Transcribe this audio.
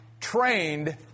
trained